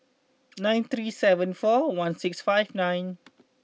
nine three seven four one six five nine